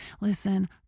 Listen